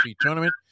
tournament